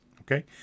Okay